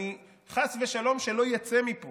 חס ושלום שלא יצא מפה